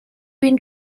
been